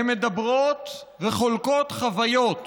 הן מדברות וחולקות חוויות